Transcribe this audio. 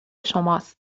شماست